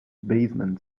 basement